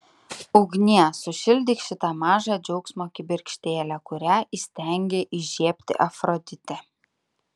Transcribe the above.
ugnie sušildyk šitą mažą džiaugsmo kibirkštėlę kurią įstengė įžiebti afroditė